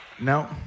No